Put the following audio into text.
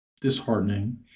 disheartening